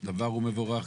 הדבר מבורך,